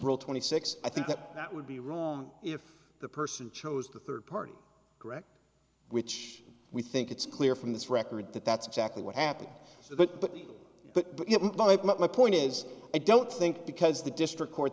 rule twenty six i think that that would be wrong if the person chose the third party correct which we think it's clear from this record that that's exactly what happened so that but my point is i don't think because the district court